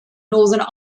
northern